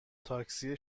تاکسی